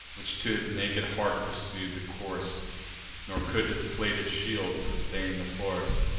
which to his naked heart pursued the course nor could his plated shield sustain the force.